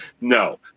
No